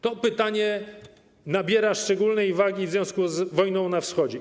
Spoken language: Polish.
To pytanie nabiera szczególnej wagi w związku z wojną na Wschodzie.